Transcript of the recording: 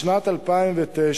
בשנת 2009,